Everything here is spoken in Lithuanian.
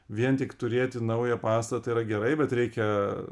vien tik turėti naują pastatą yra gerai bet reikia